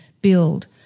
build